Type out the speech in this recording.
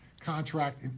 contract